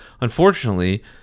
Unfortunately